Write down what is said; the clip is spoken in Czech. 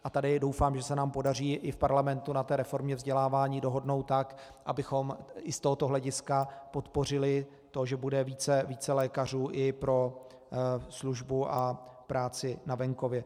A tady doufám, že se nám podaří i v parlamentu na té reformě vzdělávání dohodnout tak, abychom i z tohoto hlediska podpořili to, že bude více lékařů i pro službu a práci na venkově.